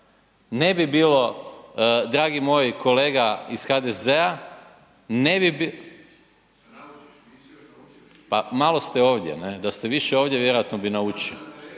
ne bi bilo dragi moj kolega iz HDZ-a, ne bi bilo… .../Upadica se ne čuje./... Pa malo ste ovdje, da ste više ovdje vjerojatno bi naučili…